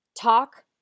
Talk